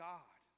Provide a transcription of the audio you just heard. God